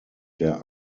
der